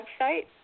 website